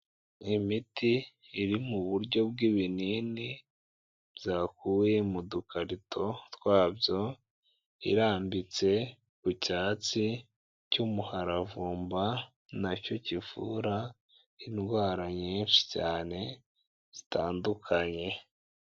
Imiti iri mu buryo bw'ibinini byakuwe mu dukarito twabyo, irambitse ku cyatsi cy'umuhararavumba, nacyo kivura indwara nyinshi cyane zitandukanye.